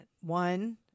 One